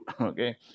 okay